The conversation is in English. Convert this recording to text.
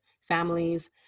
families